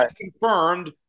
confirmed